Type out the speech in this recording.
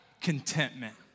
contentment